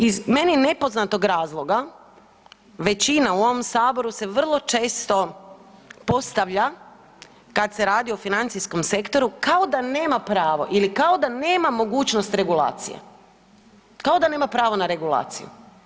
Iz meni nepoznatog razloga većina u ovom Saboru se vrlo često postavlja kad se radi o financijskom sektoru kao da nema pravo ili kao da nema mogućnost regulacije, kao da nema pravo na regulaciju.